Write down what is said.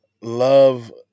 love